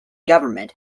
government